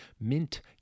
mint